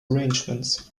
arrangements